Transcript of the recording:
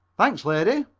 thanks, lady,